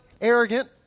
arrogant